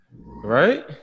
Right